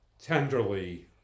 tenderly